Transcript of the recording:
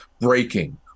breaking